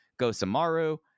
Gosamaru